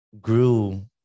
grew